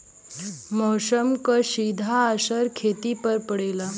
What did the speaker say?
मौसम क सीधा असर खेती पे पड़ेला